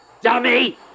dummy